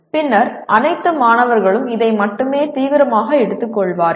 பின்னர் அனைத்து மாணவர்களும் இதை மட்டுமே தீவிரமாக எடுத்துக்கொள்வார்கள்